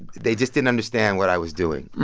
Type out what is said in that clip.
they just didn't understand what i was doing.